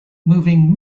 moving